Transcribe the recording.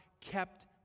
kept